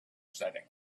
setting